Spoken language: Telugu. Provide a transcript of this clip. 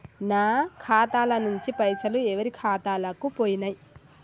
నా ఖాతా ల నుంచి పైసలు ఎవరు ఖాతాలకు పోయినయ్?